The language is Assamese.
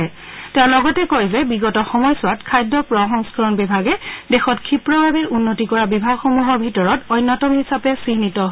শ্ৰী বাদলে লগতে কয় যে বিগত সময়ছোৱাত খাদ্য প্ৰ সংস্কৰণ বিভাগে দেশত ক্ষীপ্ৰভাৱে উন্নতি কৰা বিভাগসমূহৰ ভিতৰত অন্যতম হিচাপে চিহ্নিত হৈছে